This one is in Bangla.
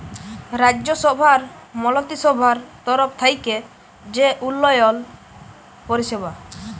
রাজ্যসভার মলত্রিসভার তরফ থ্যাইকে যে উল্ল্যয়ল পরিষেবা